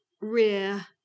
rear